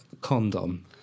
condom